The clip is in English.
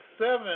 seven